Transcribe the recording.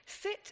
sit